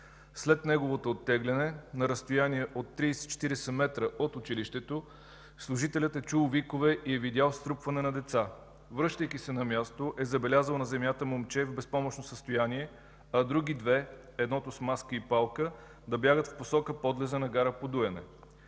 След неговото оттегляне на разстояние от 30 – 40 м от училището, служителят е чул викове и е видял струпване на деца. Връщайки се на място, е забелязал на земята момче в безпомощно състояние, а други две – едното с маска и палка, да бягат в посока подлеза на гара Подуене.